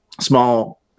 small